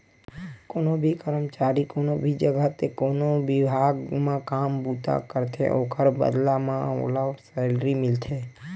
कोनो भी करमचारी कोनो भी जघा ते कोनो बिभाग म काम बूता करथे ओखर बदला म ओला सैलरी मिलथे